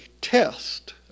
test